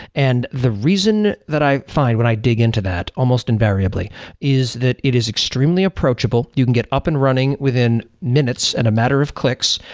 and the reason that i find when i dig into that almost invariably is that it is extremely approachable. you can get up and running within minutes and a matter of clicks.